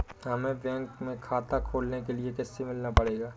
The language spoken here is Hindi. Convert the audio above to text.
हमे बैंक में खाता खोलने के लिए किससे मिलना पड़ेगा?